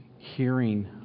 hearing